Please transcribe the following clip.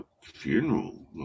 funeral